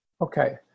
Okay